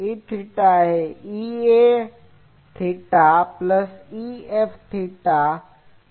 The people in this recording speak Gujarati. Eθ એ θ પ્લસ θ છે